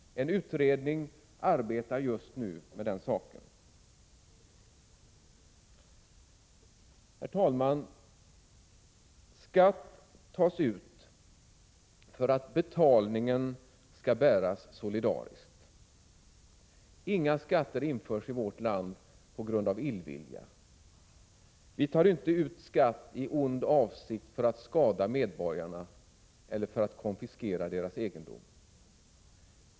En utredning arbetar just nu med den saken. Herr talman! Skatt tas ut för att betalningen skall bäras solidariskt. Inga skatter införs i vårt land på grund av illvilja. Vi tar inte ut skatt i ond avsikt för att skada medborgarna eller för att konfiskera deras egendom.